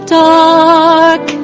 dark